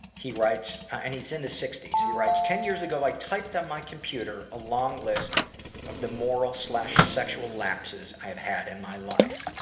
he writes, and he's in his sixties, he writes, ten years ago i typed on my computer a long list of the moral sexual lapses i've had in my life.